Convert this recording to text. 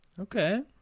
Okay